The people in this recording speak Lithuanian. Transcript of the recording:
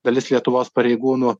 dalis lietuvos pareigūnų